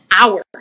hour